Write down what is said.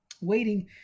Waiting